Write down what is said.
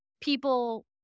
people